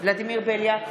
ולדימיר בליאק,